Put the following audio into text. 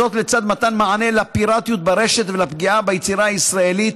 לצד מתן מענה לפיראטיות ברשת ולפגיעה ביצירה הישראלית,